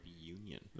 union